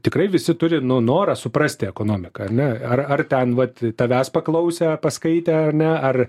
tikrai visi turi nu norą suprasti ekonomiką ane ar ar ten vat tavęs paklausė paskaitė ar ne ar